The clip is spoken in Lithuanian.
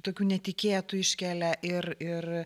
tokių netikėtų iškelia ir ir